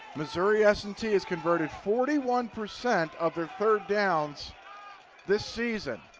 missouri s and t has converted forty one percent of their third downs this season.